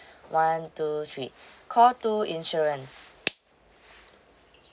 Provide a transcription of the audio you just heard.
one two three call two insurance